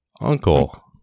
uncle